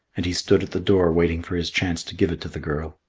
and he stood at the door waiting for his chance to give it to the girl.